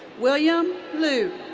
william luu.